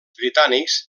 britànics